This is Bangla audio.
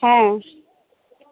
হ্যাঁ